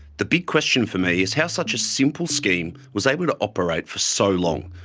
the big question for me is how such a simple scheme was able to operate for so long,